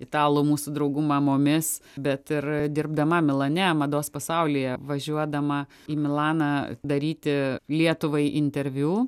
italų mūsų draugų mamomis bet ir dirbdama milane mados pasaulyje važiuodama į milaną daryti lietuvai interviu